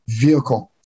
vehicle